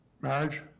marriage